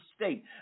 state